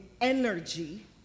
energy